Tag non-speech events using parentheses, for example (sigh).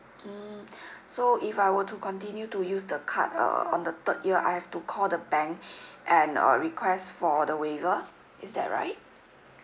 mm (breath) so if I were to continue to use the card uh on the third year I have to call the bank (breath) and uh request for the waiver is that right